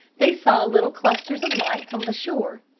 they saw little clusters of lights on the shore,